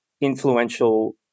influential